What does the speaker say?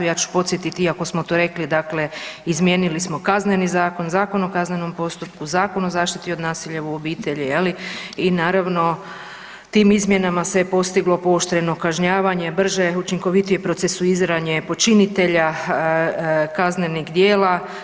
Ja ću podsjetiti iako smo to rekli, dakle izmijenili smo KZ, Zakon o kaznenom postupku, Zakon o zaštiti od nasilja u obitelji je li i naravno tim izmjenama se postiglo pooštreno kažnjavanje, brže i učinkovitije procesuiranje počinitelja kaznenih djela.